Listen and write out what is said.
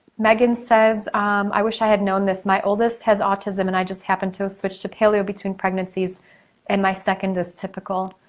megan says i wish i had known this. my oldest has autism and i just happened to have switched to paleo between pregnancies and my second is typical.